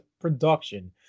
production